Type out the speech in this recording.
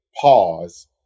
pause